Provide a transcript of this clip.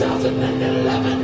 2011